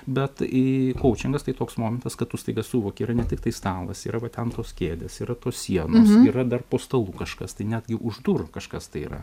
bet i kaučingas tai toks momentas kad tu staiga suvoki yra ne tiktai stalas yra va ten tos kėdės yra tos sienos yra dar po stalu kažkas tai netgi už durų kažkas tai yra